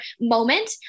moment